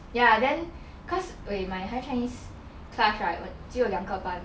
ya then cause okay when my higher chinese class right when 只有两个班